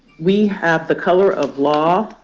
we have the color of law,